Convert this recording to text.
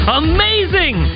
amazing